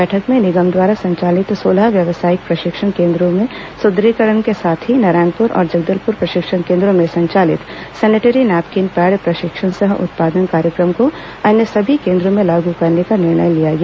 बैठक में निगम द्वारा संचालित सोलह व्यवसायिक प्रशिक्षण केन्द्रों के सुदृढ़ीकरण के साथ ही नारायणपुर और जगदलपुर प्रशिक्षण केन्द्रों में संचालित सेनेटरी नैपकीन पैड प्रशिक्षण सह उत्पादन कार्यक्रम को अन्य सभी केन्द्रों में लागू करने का निर्णय लिया गया